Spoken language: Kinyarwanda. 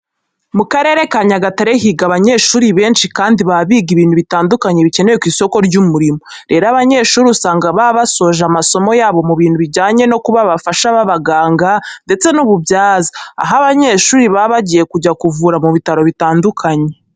Mu Karere ka Nyagatare higa abanyeshuri benshi kandi baba biga ibintu bitandukanye bikenewe ku isoko ry'umurimo. Rero hari abanyeshuri usanga baba basoje amasomo yabo mu bintu bijyanye no kuba abafasha b'abaganga ndetse n'ububyaza, aho aba banyeshuri baba bagiye kujya kuvura mu bitaro bitandukanye.